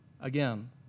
again